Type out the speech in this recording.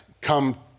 come